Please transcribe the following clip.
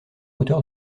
auteur